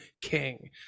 king